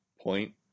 point